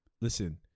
Listen